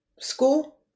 School